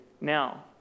now